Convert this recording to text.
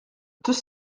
deux